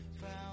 found